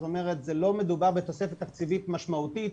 כלומר, לא מדובר בתוספת תקציבית משמעותית.